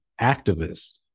activists